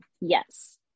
Yes